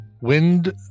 Wind